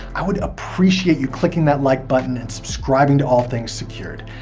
i would appreciate you clicking that like button and subscribing to all things secured.